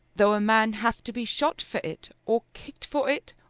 though a man have to be shot for it, or kicked for it,